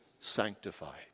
sanctified